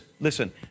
listen